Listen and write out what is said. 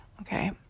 okay